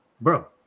Bro